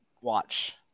watch